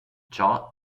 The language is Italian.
ciò